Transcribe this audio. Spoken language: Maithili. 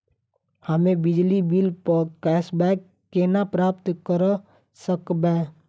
हम्मे बिजली बिल प कैशबैक केना प्राप्त करऽ सकबै?